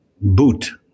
Boot